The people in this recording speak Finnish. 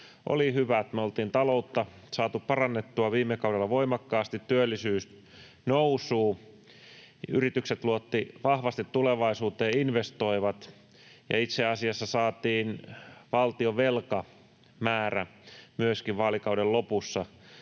olivat hyvät. Me olimme taloutta saaneet parannettua viime kaudella voimakkaasti: työllisyys nousuun, yritykset luottivat vahvasti tulevaisuuteen, investoivat, ja itse asiassa saatiin valtion velkamäärä myöskin vaalikauden lopussa